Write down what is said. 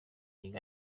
yiga